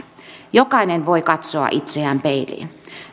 jokainen voi katsoa itseään peiliin